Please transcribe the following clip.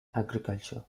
agriculture